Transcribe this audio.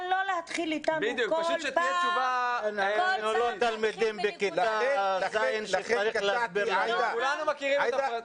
אבל לא להתחיל איתנו כל פעם --- זה חורה לנו מאוד.